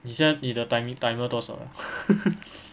你现在你的 timing timer 多少 liao